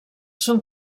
són